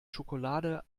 schokolade